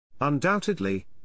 Undoubtedly